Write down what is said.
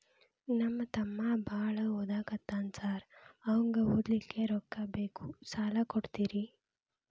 ನಮ್ಮ ತಮ್ಮ ಬಾಳ ಓದಾಕತ್ತನ ಸಾರ್ ಅವಂಗ ಓದ್ಲಿಕ್ಕೆ ರೊಕ್ಕ ಬೇಕು ಸಾಲ ಕೊಡ್ತೇರಿ?